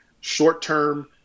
short-term